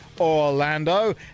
Orlando